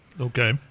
Okay